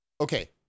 okay